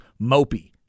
mopey